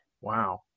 Wow